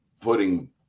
putting